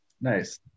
nice